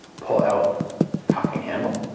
pull out the cocking handle,